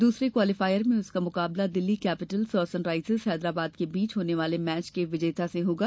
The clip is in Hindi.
दूसरे क्वालिफायर में उसका मुकाबला दिल्ली कैपिटल्स और सनराइजर्स हैदराबाद के बीच होने वाले मैच के विजेता से होगा